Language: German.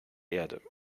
erde